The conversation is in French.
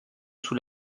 sous